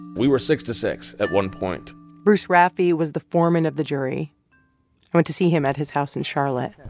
we were six to six at one point bruce raffe was the foreman of the jury. i went to see him at his house in charlotte